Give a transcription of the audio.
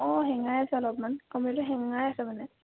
অঁ হেঙাই আছে অলপমান কম্পিটাৰটো হেঙাই আছে মানে